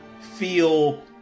feel